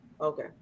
Okay